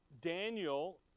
Daniel